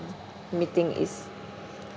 meeting is